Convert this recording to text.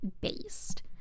based